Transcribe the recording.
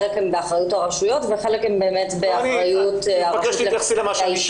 חלק הם באחריות הרשויות וחלק הם באחריות הרשות לקידום